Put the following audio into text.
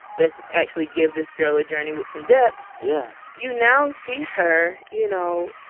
let's actually give this girl a journey with some depth yeah you now see her, you know,